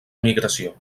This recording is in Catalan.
emigració